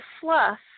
fluff